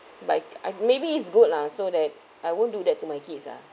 like I maybe it's good lah so that I won't do that to my kids ah